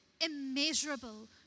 immeasurable